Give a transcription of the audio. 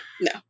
No